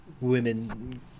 women